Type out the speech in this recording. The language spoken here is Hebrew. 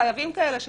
חייבים כאלה,